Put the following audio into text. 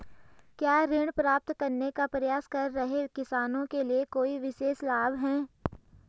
क्या ऋण प्राप्त करने का प्रयास कर रहे किसानों के लिए कोई विशेष लाभ हैं?